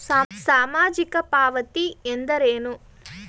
ಸಾಮಾಜಿಕ ಪಾವತಿ ಎಂದರೇನು?